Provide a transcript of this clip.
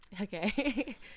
Okay